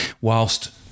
whilst